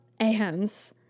ahems